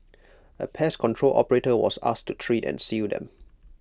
A pest control operator was asked to treat and seal them